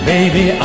Baby